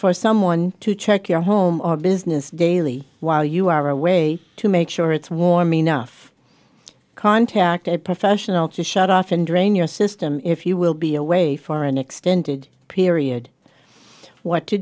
for someone to check your home or business daily while you are away to make sure it's warm enough contact a professional to shut off and drain your system if you will be away for an extended period what to